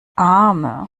arme